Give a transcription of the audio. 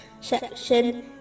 section